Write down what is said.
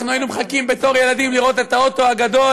אנחנו היינו מחכים בתור ילדים לראות את האוטו הגדול,